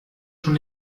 schon